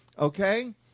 Okay